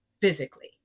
physically